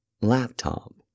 laptop